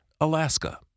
Alaska